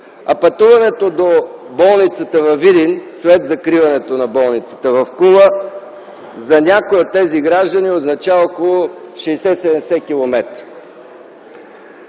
Пътуването до болницата във Видин след закриването на болницата в Кула за някои от тези граждани означава около 60-70 км.